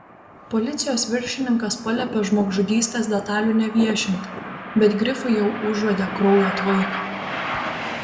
policijos viršininkas paliepė žmogžudystės detalių neviešinti bet grifai jau užuodė kraujo tvaiką